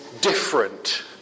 different